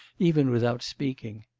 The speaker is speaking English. even without speaking.